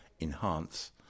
enhance